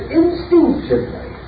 instinctively